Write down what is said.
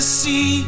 see